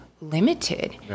limited